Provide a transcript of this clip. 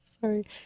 Sorry